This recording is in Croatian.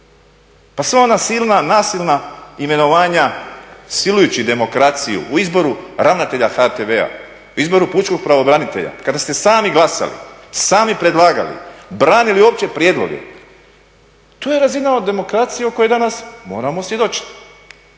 Pa sva ona silna, nasilna imenovanja silujući demokraciju u izboru ravnatelja HTV-a, u izboru pučkog pravobranitelja kada ste sami glasali, sami predlagali, branili opće prijedloge. To je razina demokracije o kojoj danas moramo svjedočiti.